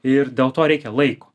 ir dėl to reikia laiko